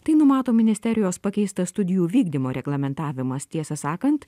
tai numato ministerijos pakeistas studijų vykdymo reglamentavimas tiesą sakant